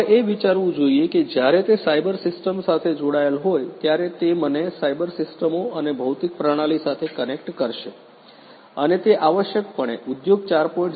તમારે એ વિચારવું જોઈએ કે જ્યારે તે સાયબર સિસ્ટમ સાથે જોડાયેલ હોય ત્યારે તે મને સાયબર સિસ્ટમો અને ભૌતિક પ્રણાલી સાથે કનેક્ટ કરશે અને તે આવશ્યકપણે ઉદ્યોગ 4